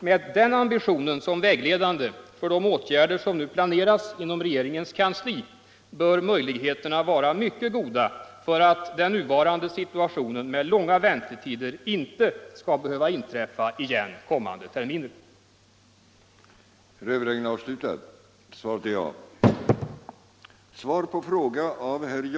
Med den ambitionen som vägledande för de åtgärder som nu planeras inom regeringens kanshi bör möjligheterna vara mycket goda för att den nuvarande situationen med långa väntetider inte skall behöva inträffa igen kommande terminer. § 10 Om åtgärder mot alltför lågt vattenstånd i Hjälmaren